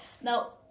Now